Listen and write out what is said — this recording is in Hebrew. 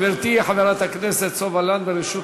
גברתי, חברת הכנסת סופה לנדבר, רשות